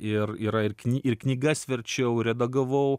ir yra ir kny ir knygas verčiau redagavau